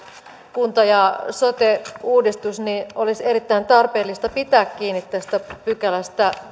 kunta ja sote uudistus niin olisi erittäin tarpeellista pitää kiinni tästä kymmenennestä pykälästä